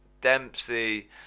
Dempsey